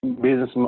business